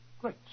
Great